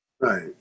Right